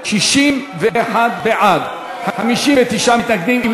61 בעד, 59 מתנגדים.